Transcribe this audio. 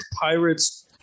pirates